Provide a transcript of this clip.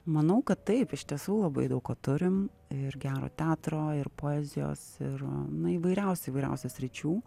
manau kad taip iš tiesų labai daug ko turim ir gero teatro ir poezijos ir įvairiausių įvairiausių sričių